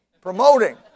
Promoting